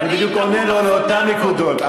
ואני בדיוק עונה לו לאותן נקודות.